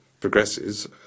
progresses